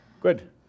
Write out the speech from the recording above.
Good